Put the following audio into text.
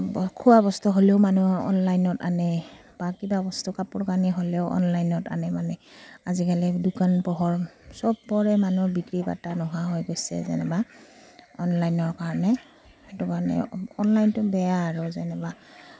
খোৱা বস্তু হ'লেও মানুহে অনলাইনত আনে বা কিবা বস্তু কাপোৰ কানি হ'লেও অনলাইনত আনে মানে আজিকালি দোকান পোহাৰ চবৰে মানুহৰ বিক্ৰী বাৰ্তা নোহোৱা হৈ গৈছে যেনিবা অনলাইনৰ কাৰণে সেইটো কাৰণে অনলাইনটো বেয়া আৰু যেনিবা